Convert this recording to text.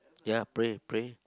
ya pray pray